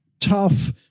tough